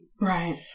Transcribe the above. Right